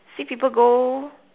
see people go